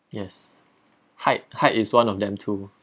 yes height height is one of them too